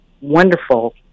wonderful